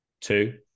Two